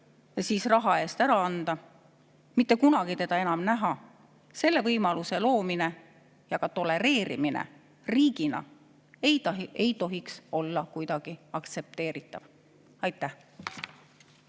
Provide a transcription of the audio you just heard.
siis raha eest ära anda ja teda mitte kunagi enam näha – selle võimaluse loomine ja ka tolereerimine riigina ei tohiks olla kuidagi aktsepteeritav. Aitäh!